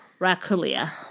Raculia